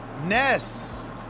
Ness